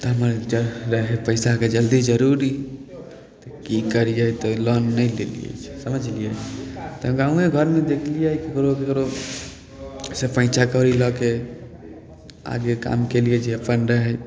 तऽ हमरा रहै पैसाके जल्दी जरूरी तऽ की करियै तऽ लोन नहि लेलियै समझलियै तऽ गाँवए घरमे देखलियै ककरो ककरो से पैँचा कौड़ी लऽ कऽ आगे काम केलियै जे अपन रहै